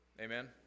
Amen